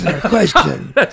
question